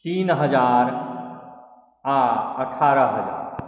तीन हजार आ अठारह हजार